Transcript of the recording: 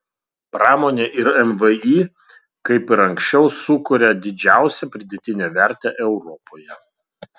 pramonė ir mvį kaip ir anksčiau sukuria didžiausią pridėtinę vertę europoje